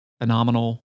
phenomenal